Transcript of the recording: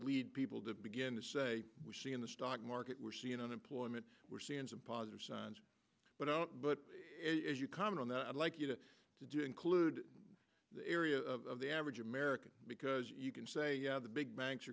lead people to begin to say we see in the stock market we're seeing unemployment we're seeing some positive signs but i don't but as you comment on that i'd like you to do include the area of the average american because you can say the big banks